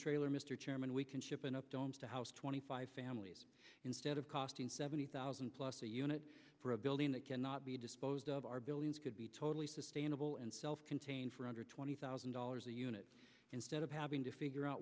trailer mr chairman we can ship enough domes to house twenty five families instead of costing seventy thousand plus a unit for a building that cannot be disposed of our buildings could be totally sustainable and self contained for under twenty thousand dollars a unit instead of having to figure out